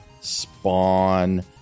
spawn